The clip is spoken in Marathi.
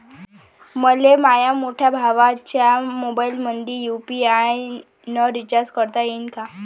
मले माह्या मोठ्या भावाच्या मोबाईलमंदी यू.पी.आय न रिचार्ज करता येईन का?